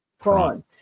Prawn